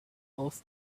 off